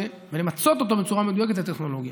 ולמצות אותו בצורה מדויקת זה טכנולוגיה.